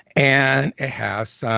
and it has